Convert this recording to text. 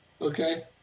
Okay